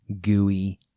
gooey